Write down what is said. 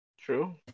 True